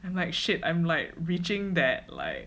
and like shit I'm like reaching that like